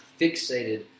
fixated